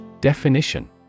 Definition